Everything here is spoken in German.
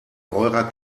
eurer